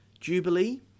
Jubilee